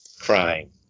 crying